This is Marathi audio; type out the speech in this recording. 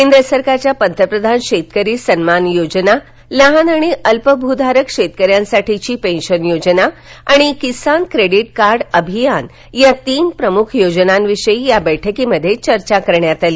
केंद्र सरकारच्या पंतप्रधान शेतकरी सन्मान योजना लहान आणि अल्प भधारक शेतकऱ्यांसाठीची पेन्शन योजना आणि किसान क्रेडिट कार्ड अभियान या तीन प्रमुख योजनांविषयी या बैठकीत चर्चा करण्यात आली